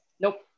Nope